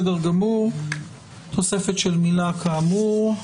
תוספת של מילה, "כאמור".